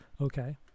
Okay